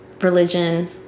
religion